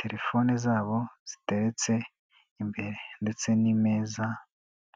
telefone zabo ziteretse imbere ndetse n'imeza.